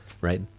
right